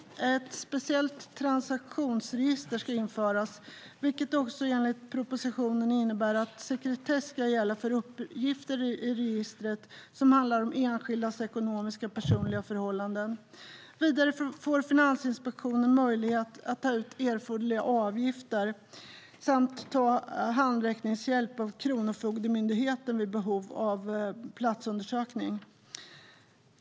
Ett speciellt transaktionsregister ska införas, vilket enligt propositionen innebär att sekretess ska gälla för uppgifter i registret som handlar om enskildas ekonomiska och personliga förhållanden. Vidare får Finansinspektionen möjlighet att ta ut erforderliga avgifter samt ta handräckningshjälp av Kronofogdemyndigheten vid behov av platsundersökning.